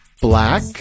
Black